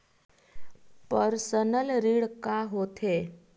Personal ऋण का होथे?